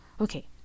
Okay